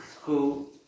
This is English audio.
school